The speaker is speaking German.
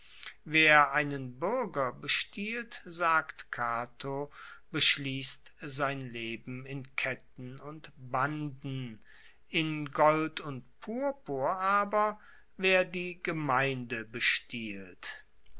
wer einen buerger bestiehlt sagt cato beschliesst sein leben in ketten und banden in gold und purpur aber wer die gemeinde bestiehlt